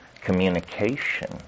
communication